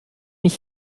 ich